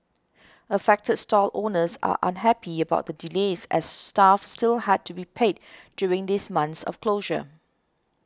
affected stall owners are unhappy about the delays as staff still had to be paid during these months of closure